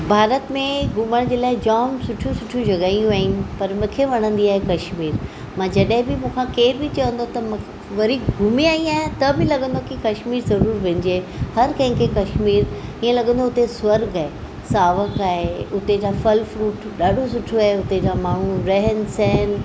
भारत में घुमण जे लाइ जाम सुठियूं सुठियूं जॻहियूं आहिनि पर मूंखे वणंदी आहे कश्मीर मां जॾहिं बि मूंखां केर बि चवंदो त म वरी घुमी आई आहियां त बि लॻंदो आहे की कश्मीर ज़रूर वञिजे हर कंहिंखे कश्मीर हीअं लॻंदो हुते स्वर्ॻ आहे सावक आहे उते जा फल फ्रूट ॾाढो सुठो आहे हुते जा माण्हूं रहन सहन